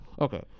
Okay